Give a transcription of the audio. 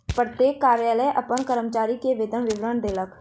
प्रत्येक कार्यालय अपन कर्मचारी के वेतन विवरण देलक